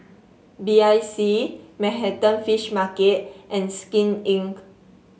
B I C Manhattan Fish Market and Skin Inc